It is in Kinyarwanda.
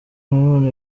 nanone